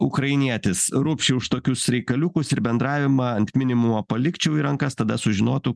ukrainietis rupšiui už tokius reikaliukus ir bendravimą ant minimumo palikčiau į rankas tada sužinotų